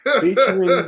featuring